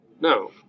No